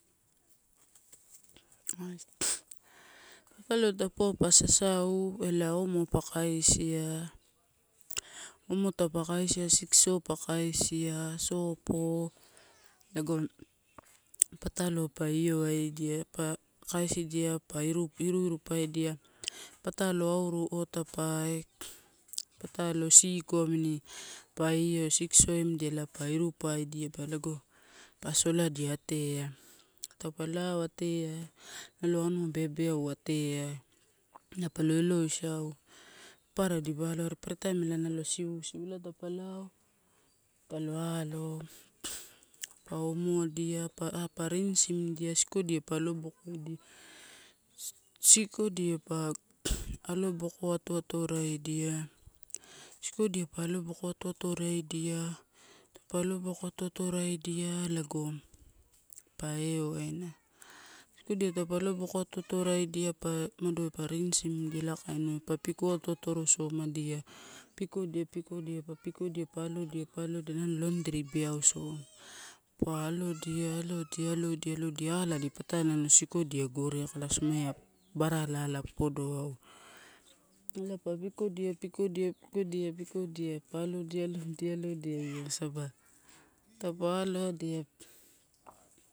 Patalo taupauwa pa sasau, elae omo pa kaisia, omo paupa kaisia, sikso pa kaisia, sopo lago patalo a iowaidia pa kaisidia pa iru iru paidia, patalo auru otapae, pa siko a mini pa io siksoimdia ela a iru paidia lago pa soladia teai. Taupa lao areai nalo anua beabeau ateai elai pa lo eloisau, papara dipa alo, are papara taim na lo sivusivu elai taupe lao elai pa alo. Pa omodia, a pa rinsimdia sikodia pa alobokoidia, sikodia po aloboko atoatorodia-atoatorodi taupe aloboko atoatoraidia lago ewaina, sikodia taupe alo oko atoatorodia pa umado pa rinsimdia ela kainua pa piko atoatorosomadia, pikodia, pikodia pa pkodia pa allodia, pa alodia, alodia alodia ala adi patalo nalo sikodia gore akalasoma, ea barala ala popodoauru, elae pa pikodia, pikodia, pikodia, pikodia pa alodia, alodai, alodia io saba taupa aloadia.